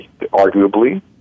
arguably